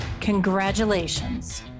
Congratulations